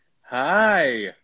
Hi